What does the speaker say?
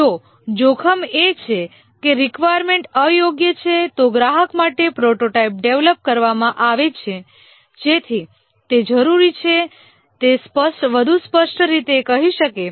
જો જોખમ એ છે કે રિકવાયર્મેન્ટ અયોગ્ય છે તો ગ્રાહક માટે પ્રોટોટાઇપ ડેવલપ કરવામાં આવે છે જેથી તે જરૂરી છે તે વધુ સ્પષ્ટ રીતે કહી શકે